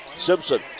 Simpson